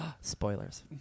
Spoilers